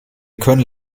können